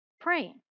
praying